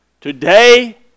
today